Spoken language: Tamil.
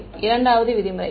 மாணவர் 2 வது விதிமுறை